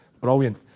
brilliant